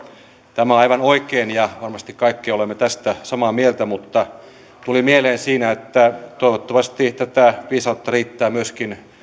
tämä on aivan oikein ja varmasti kaikki olemme tästä samaa mieltä mutta tuli mieleen siinä että toivottavasti tätä viisautta riittää myöskin